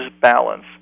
balance